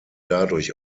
dadurch